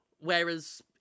Whereas